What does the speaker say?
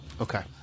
Okay